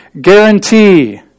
guarantee